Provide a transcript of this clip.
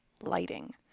lighting